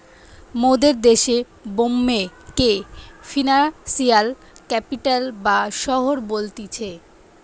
মোদের দেশে বোম্বে কে ফিনান্সিয়াল ক্যাপিটাল বা শহর বলতিছে